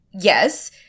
Yes